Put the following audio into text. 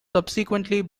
subsequently